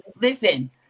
listen